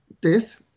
death